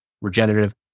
Regenerative